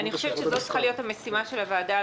אני חושבת שזאת צריכה להיות המשימה של הוועדה,